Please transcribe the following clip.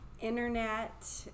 Internet